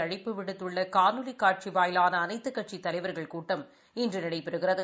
அழைப்பு விடுத்துள்ள காணொலி காட்சி வாயிலான அனைத்துக் கட்சித் தலைவா்கள் கூட்டம் இன்று நடைபெறுகிறது